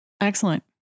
excellent